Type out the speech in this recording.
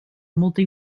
molta